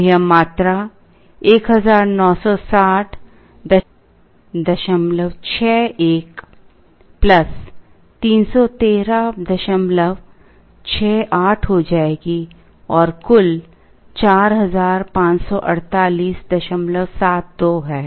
तो यह मात्रा 196061 31368 हो जाएगी और कुल 454872 है